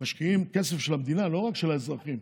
משקיעים כסף של המדינה, לא רק של האזרחים.